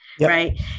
right